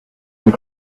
and